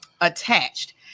attached